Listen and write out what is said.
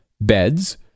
Beds